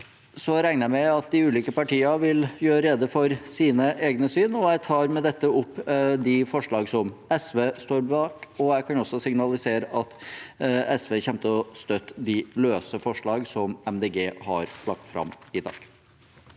Så regner jeg med at de ulike partiene vil gjøre rede for sine egne syn. Jeg tar med dette opp det forslaget som SV er en del av. Jeg kan også signalisere at SV kommer til å støtte de løse forslagene som Miljøpartiet De